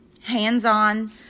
hands-on